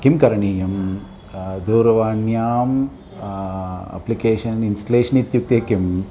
किं करणीयं दूरवाण्याम् अप्लिकेशन् इन्स्लेशन् इत्युक्ते किम्